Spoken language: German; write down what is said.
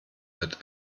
wird